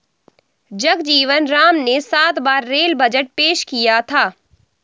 जगजीवन राम ने सात बार रेल बजट पेश किया था